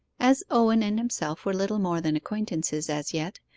as owen and himself were little more than acquaintances as yet,